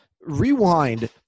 rewind